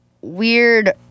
weird